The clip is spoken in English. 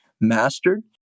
mastered